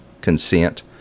consent